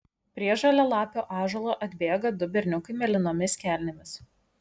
prie žalialapio ąžuolo atbėga du berniukai mėlynomis kelnėmis